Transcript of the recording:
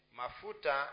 mafuta